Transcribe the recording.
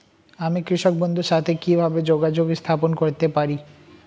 আমি কৃষক বন্ধুর সাথে কিভাবে যোগাযোগ স্থাপন করতে পারি?